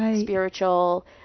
spiritual